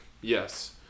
yes